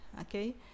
okay